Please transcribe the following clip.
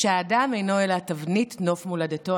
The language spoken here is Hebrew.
"האדם אינו אלא תבנית נוף מולדתו".